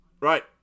Right